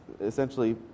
essentially